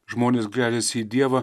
žmonės gręžiasi į dievą